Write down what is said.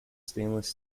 stainless